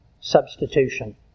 substitution